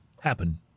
happen